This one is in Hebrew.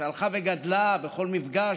והיא הלכה וגדלה בכל מפגש,